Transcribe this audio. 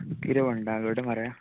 किते म्हणटा घट मरे